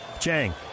Chang